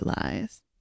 lies